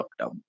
lockdown